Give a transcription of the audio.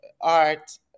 art